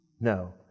No